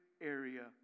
area